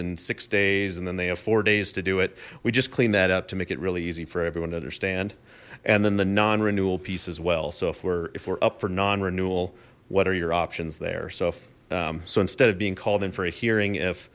in six days and then they have four days to do it we just clean that up to make it really easy for everyone to understand and then the non renewal piece as well so if we're if we're up for non renewal what are your options there so so instead of being called in for a hearing if